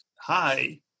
hi